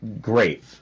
great